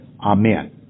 Amen